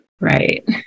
right